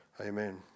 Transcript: Amen